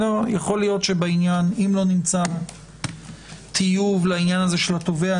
אם לא נמצא טיוב לעניין התובע,